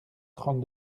trente